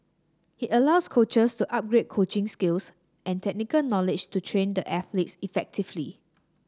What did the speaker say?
it allows coaches to upgrade coaching skills and technical knowledge to train the athletes effectively